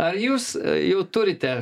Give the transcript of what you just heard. ar jūs jau turite